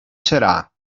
serà